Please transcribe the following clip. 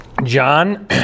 John